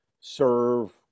serve